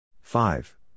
Five